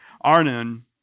Arnon